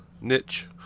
niche